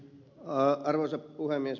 arvoisa puhemies